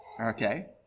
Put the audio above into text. okay